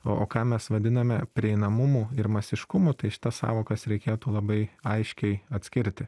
o o ką mes vadiname prieinamumu ir masiškumu tai šitas sąvokas reikėtų labai aiškiai atskirti